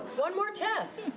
one more test.